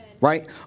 Right